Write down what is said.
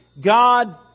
God